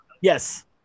Yes